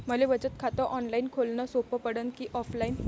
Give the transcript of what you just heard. मले बचत खात ऑनलाईन खोलन सोपं पडन की ऑफलाईन?